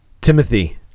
Timothy